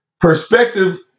Perspective